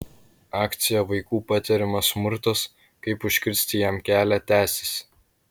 akcija vaikų patiriamas smurtas kaip užkirsti jam kelią tęsis